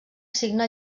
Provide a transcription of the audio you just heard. signa